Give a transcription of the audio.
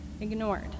ignored